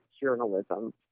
journalism